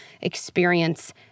experience